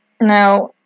Now